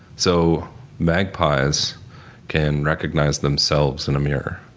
so magpies can recognize themselves in a mirror.